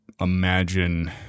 imagine